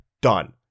Done